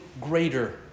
greater